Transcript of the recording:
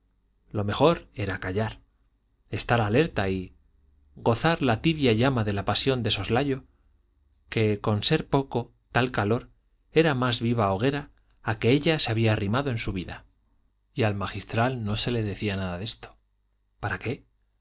lo mejor era callar estar alerta y gozar la tibia llama de la pasión de soslayo que con ser poco tal calor era la más viva hoguera a que ella se había arrimado en su vida y al magistral no se le decía nada de esto para qué